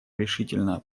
решительно